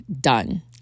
done